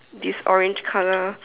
this orange colour